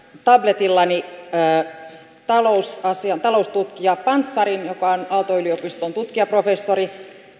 tabletillani taloustutkija pantzarin joka on aalto yliopiston tutkijaprofessori